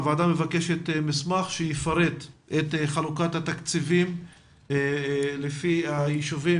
הוועדה מבקשת מסמך שיפרט את חלוקת התקציבים לפי הישובים,